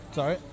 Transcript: Sorry